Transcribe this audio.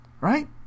Right